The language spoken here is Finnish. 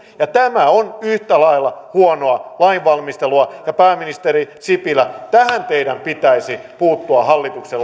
tämä on yhtä lailla huonoa lainvalmistelua pääministeri sipilä tähän teidän pitäisi puuttua hallituksen